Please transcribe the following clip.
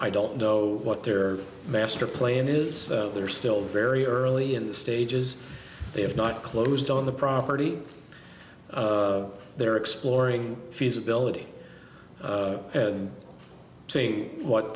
i don't know what their master plan is they're still very early in the stages they have not closed on the property they're exploring feasibility and seeing what